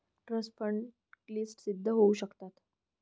trust fund क्लिष्ट सिद्ध होऊ शकतात